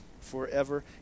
forever